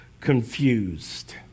confused